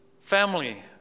family